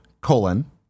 colon